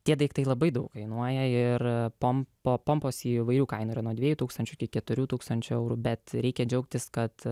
tie daiktai labai daug kainuoja ir pompa pompos įvairių kainų yra nuo dviejų tūkstančių iki keturių tūkstančių eurų bet reikia džiaugtis kad